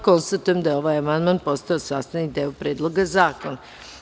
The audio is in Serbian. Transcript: Konstatujem da je ovaj amandman postao sastavni deo Predloga zakona.